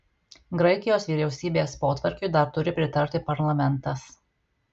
graikijos vyriausybės potvarkiui dar turi pritarti parlamentas